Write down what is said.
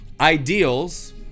ideals